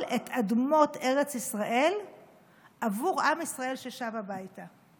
את אדמות ארץ ישראל עבור עם ישראל ששב הביתה,